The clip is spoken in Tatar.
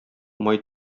май